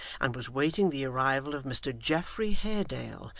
and was waiting the arrival of mr geoffrey haredale,